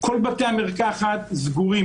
כל בתי המרקחת סגורים,